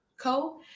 Co